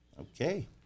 Okay